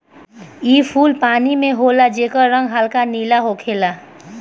इ फूल पानी में होला जेकर रंग हल्का नीला होखेला